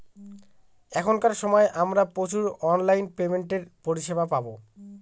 এখনকার সময় আমরা প্রচুর অনলাইন পেমেন্টের পরিষেবা পাবো